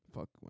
Fuck